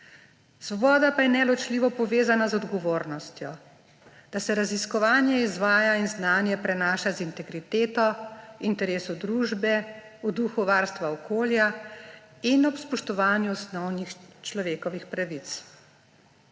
Svoboda pa je neločljivo povezana z odgovornostjo. Da se raziskovanje izvaja in znanje prenaša z integriteto interesov družbe v duhu varstva okolja in ob spoštovanju osnovnih človekovih pravic,